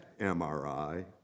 MRI